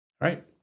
Right